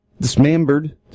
dismembered